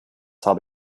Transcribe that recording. habe